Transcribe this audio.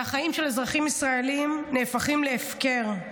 והחיים של אזרחים ישראלים נהפכים להפקר.